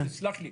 סלח לי.